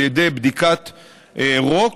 על ידי בדיקת רוק,